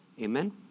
Amen